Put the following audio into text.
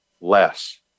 less